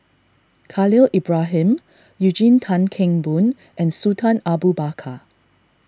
Khalil Ibrahim Eugene Tan Kheng Boon and Sultan Abu Bakar